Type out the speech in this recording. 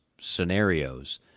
scenarios